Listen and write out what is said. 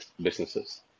businesses